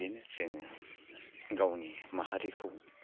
बिदिनो जोङो गावनि माहारिखौ